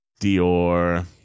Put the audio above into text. Dior